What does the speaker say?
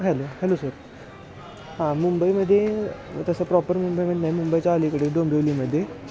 hello hello sir हां मुंबईमध्ये तसं प्रॉपर मुंबईमध्ये नाही मुंबईच्या अलीकडे डोंबिवलीमध्ये